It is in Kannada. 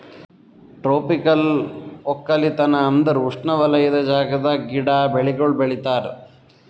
ಟ್ರೋಪಿಕಲ್ ಒಕ್ಕಲತನ ಅಂದುರ್ ಉಷ್ಣವಲಯದ ಜಾಗದಾಗ್ ಗಿಡ, ಬೆಳಿಗೊಳ್ ಬೆಳಿತಾರ್